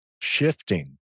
shifting